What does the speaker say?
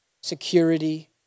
security